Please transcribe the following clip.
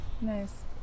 Nice